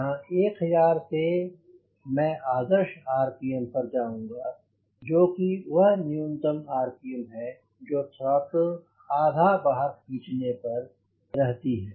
यहाँ 1000 से मैं आदर्श आरपीएम पर जाऊंगा जो कि वह न्यूनतम आरपीएम है जो थ्रोटल आधा बहार खींचे रहने पर होती है